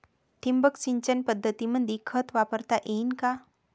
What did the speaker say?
ठिबक सिंचन पद्धतीमंदी खत वापरता येईन का?